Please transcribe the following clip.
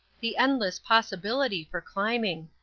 the endless possibility for climbing!